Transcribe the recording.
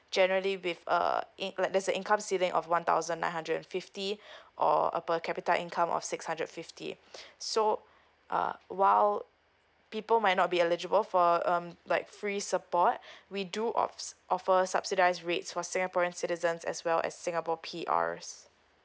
generally with uh in~ let say income ceiling of one thousand nine hundred and fifty or a per capita income of six hundred and fifty so uh while people might not be eligible for um like free support we do off~ offer subsidised rates for singaporean citizens as well as singapore P_Rs